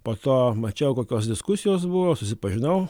po to mačiau kokios diskusijos buvo susipažinau